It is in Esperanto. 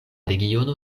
regiono